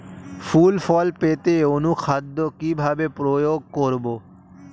ফুল ফল পেতে অনুখাদ্য কিভাবে প্রয়োগ করব?